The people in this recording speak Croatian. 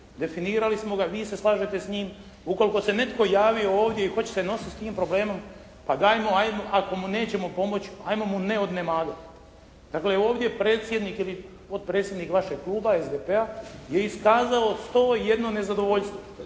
definirali smo ga, vi se slažete s njim, ukoliko se netko javio ovdje i hoće se nositi s tim problemom pa dajmo ako mu nećemo pomoći, ajmo mu ne odnemagati. Dakle ovje predsjednik ili potpredsjednik vašeg kluba SDP-a je iskazao 101 nezadovoljstvo.